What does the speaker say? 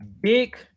Big